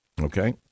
okay